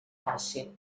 fàcil